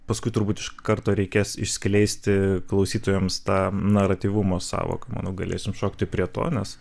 paskui turbūt iš karto reikės išskleisti klausytojams tą naratyvumo sąvoką manau galėsim šokti prie to nes